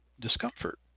discomfort